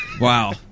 Wow